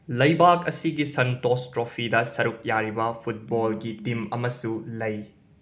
ꯂꯩꯕꯥꯛ ꯑꯁꯤꯒꯤ ꯁꯟꯇꯣꯁ ꯇ꯭ꯔꯣꯐꯤꯗ ꯁꯔꯨꯛ ꯌꯥꯔꯤꯕ ꯐꯨꯠꯕꯣꯜꯒꯤ ꯇꯤꯝ ꯑꯃꯁꯨ ꯂꯩ